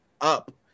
up